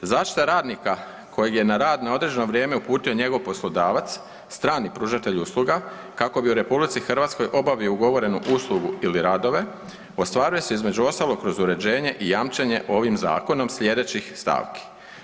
Zaštita radnika kojega je na red na određeno vrijeme uputio njegov poslodavac, strani pružatelj usluga, kako bi u RH obavio ugovorenu uslugu ili radove, ostvaruje se između ostalog kroz uređenje i jamčenje ovim zakonom sljedećih stavki.